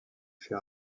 fait